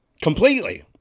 completely